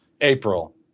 April